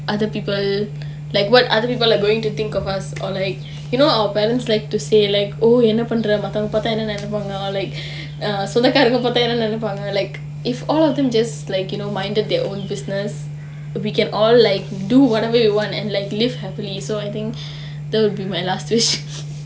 other people like what other people are going to think of us or like you know our parents like to say like oh என்ன பண்ற மத்தவங்க பார்த்தா என்ன நினைப்பாங்க:enna pandra mattavanga paarthaa enna ninaippaanga like சொந்தக்காரங்க பார்த்தா என்ன நினைப்பாங்க:sontakkaaranga paarthaa enna ninaippaanga like if all of you just you know minded their own business so we can all like do whatever you want and like live happily so I think that would be my last wish